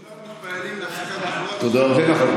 כולנו מתפללים להפסקת התחלואה, תודה לך.